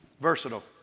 versatile